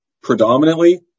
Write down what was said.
predominantly